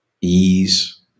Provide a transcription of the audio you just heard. ease